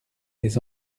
les